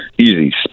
Easy